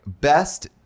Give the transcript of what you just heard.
best